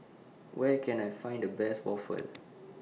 Where Can I Find The Best Waffle